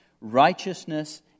Righteousness